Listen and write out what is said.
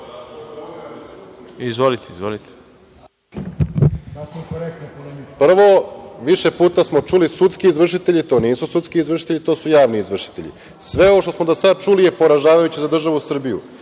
Šešelj** Prvo, više puta smo čuli sudski izvršitelji. To nisu sudski izvršitelji, to su javni izvršitelji. Sve ovo što smo do sada čuli je poražavajuće za državu Srbiju.